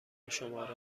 شماره